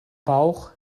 bauch